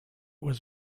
was